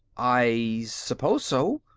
i suppose so,